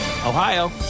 Ohio